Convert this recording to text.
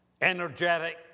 energetic